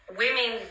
women